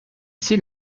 ici